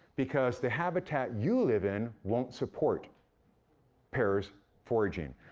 because the habitat you live in won't support pairs foraging.